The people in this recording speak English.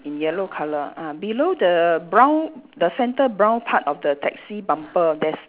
in yellow colour ah below the brown the centre brown part of the taxi bumper there's